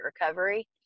Recovery